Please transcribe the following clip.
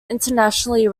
internationally